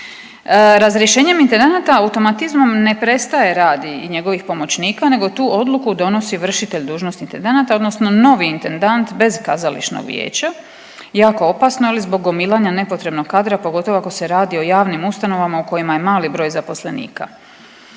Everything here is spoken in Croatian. Razrješenjem intendanata automatizmom ne prestaje rad i njegovih pomoćnika nego tu odluku donosi vršitelj dužnosti intendanata odnosno novi intendant bez kazališnog vijeća, jako opasno, ali zbog gomilanja nepotrebnog kadra pogotovo ako se radi o javnim ustanovama u kojima je mali broj zaposlenika.